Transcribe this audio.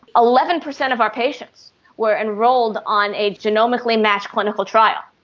eleven percent of our patients were enrolled on a genomically matched clinical trials.